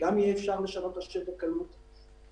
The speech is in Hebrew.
שגם אפשר יהיה לשנות בקלות את השם,